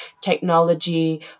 technology